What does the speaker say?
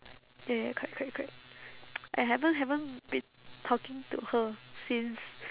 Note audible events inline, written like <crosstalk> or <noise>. ya ya correct correct correct <noise> I haven't haven't been talking to her since